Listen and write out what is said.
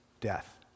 death